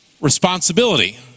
responsibility